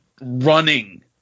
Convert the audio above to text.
running